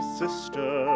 sister